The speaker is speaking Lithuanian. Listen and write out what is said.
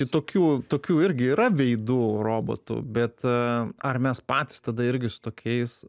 i tokių tokių irgi yra veidų robotų bet ar mes patys tada irgi su tokiais